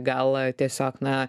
gal tiesiog na